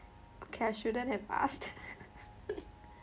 okay I shouldn't have asked